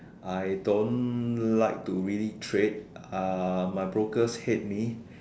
I don't like to really trade my brokers hate me